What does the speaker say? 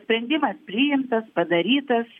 sprendimas priimtas padarytas